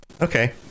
Okay